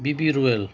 BB royal